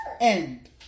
end